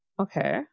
Okay